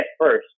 first